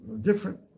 different